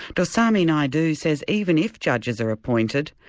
dorsami naidu says even if judges are appointed,